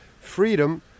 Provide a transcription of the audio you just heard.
freedom